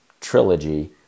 trilogy